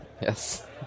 yes